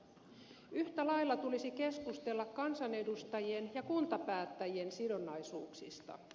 yhtä lailla tulisi keskustella kansanedustajien ja kuntapäättäjien sidonnaisuuksista